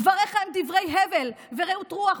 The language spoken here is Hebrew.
דבריך הם דברי הבל ורעות רוח,